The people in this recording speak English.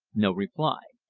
no reply.